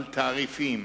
על תעריפים,